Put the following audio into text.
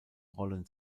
rollen